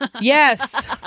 Yes